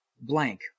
blank